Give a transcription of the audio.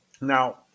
now